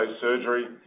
surgery